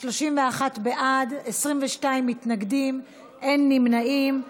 31 בעד, 22 מתנגדים, אין נמנעים.